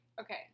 Okay